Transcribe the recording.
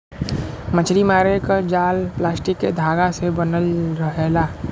मछरी मारे क जाल प्लास्टिक के धागा से बनल रहेला